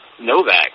Novak